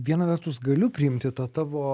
viena vertus galiu priimti tą tavo